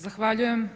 Zahvaljujem.